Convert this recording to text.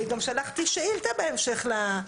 אני גם שלחתי שאילתה בהמשך לזה,